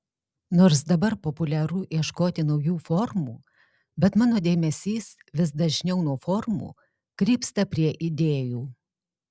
nors dabar populiaru ieškoti naujų formų bet mano dėmesys vis dažniau nuo formų krypsta prie idėjų